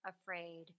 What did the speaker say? afraid